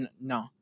No